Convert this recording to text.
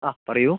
ആ പറയൂ